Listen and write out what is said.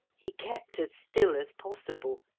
he kept as still as possible,